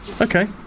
okay